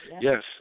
yes